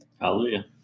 Hallelujah